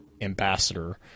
ambassador